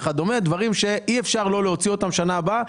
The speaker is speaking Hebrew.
לדברים שאי אפשר לא להוציא אותם בשנה הבאה,